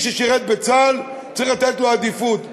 מי ששירת בצה"ל צריך לתת לו עדיפות.